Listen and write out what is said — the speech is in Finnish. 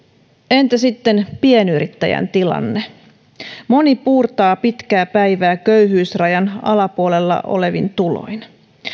entä sitten pienyrittäjän tilanne moni puurtaa pitkää päivää köyhyysrajan alapuolella olevin tuloin